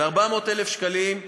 ב-400,000 שקלים,